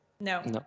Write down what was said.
No